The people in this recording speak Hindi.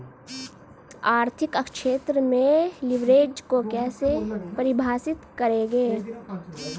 आर्थिक क्षेत्र में लिवरेज को कैसे परिभाषित करेंगे?